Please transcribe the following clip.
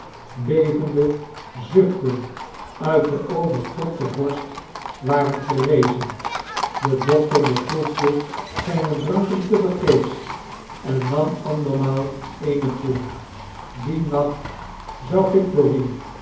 bevende zuchten uit de overkropte borst waren gerezen de dokter beproefde zpe dranken tevergeefs en nam andermaal eene proef dien nacht